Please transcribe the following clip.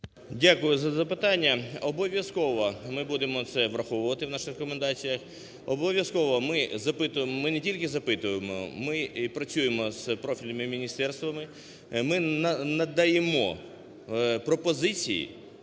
Дякую за запитання. Обов'язково ми будемо це враховувати в наших рекомендаціях. Обов'язково ми запитуємо, ми не тільки запитуємо, ми працюємо з профільними міністерствами, ми надаємо пропозиції,